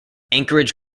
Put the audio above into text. anchorage